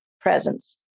presence